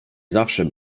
zawsze